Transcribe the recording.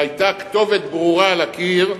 כשהיתה כתובת ברורה על הקיר,